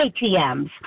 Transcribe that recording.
ATMs